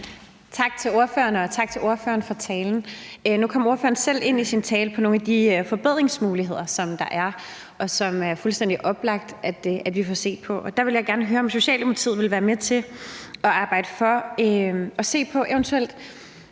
Tak til ordføreren for talen. Nu kom ordføreren i sin tale selv ind på nogle af de forbedringsmuligheder, der er, og som det er fuldstændig oplagt at vi får set på. Og der vil jeg gerne høre, om Socialdemokratiet vil være med til at arbejde for, at vi kan se på det.